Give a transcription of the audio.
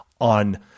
on